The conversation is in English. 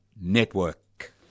Network